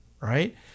right